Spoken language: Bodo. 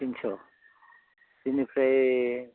तिनस' बेनिफ्राय